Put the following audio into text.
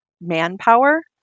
manpower